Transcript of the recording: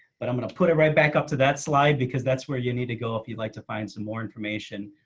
but i'm going to put it right back up to that slide because that's where you need to go. if you'd like to find some more information.